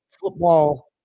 football